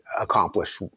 accomplish